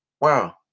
Wow